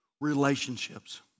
relationships